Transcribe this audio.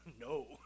no